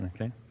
Okay